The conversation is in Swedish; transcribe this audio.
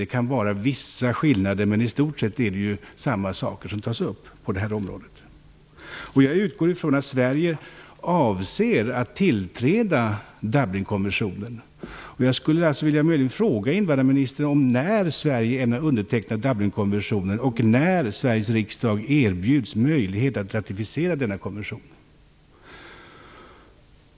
Det kan vara vissa skillnader, men i stort sett är det samma saker som tas upp på det här området. Jag utgår ifrån att Sverige avser att biträda Dublinkonventionen. Jag skulle därför vilja fråga invandrarministern när Sverige ämnar underteckna Dublinkonventionen och när Sveriges riksdag erbjuds möjlighet att ratificera denna konvention.